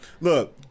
look